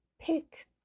Pick